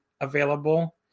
available